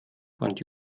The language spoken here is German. fand